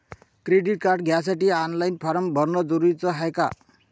Credit card घ्यासाठी online form भरन जरुरीच हाय का?